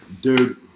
Dude